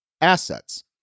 assets